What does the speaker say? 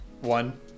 one